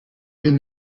your